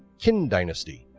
qin dynasty